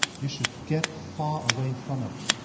you should get far away from it.